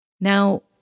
Now